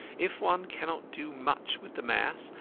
if one cannot do much with the mass,